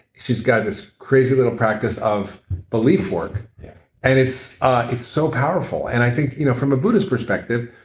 she's got this crazy little practice of belief work yeah and it's ah it's so powerful and i think you know from a buddhist perspective,